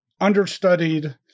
understudied